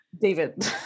David